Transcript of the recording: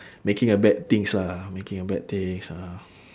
making a bad things lah making a bad things ah